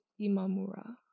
Imamura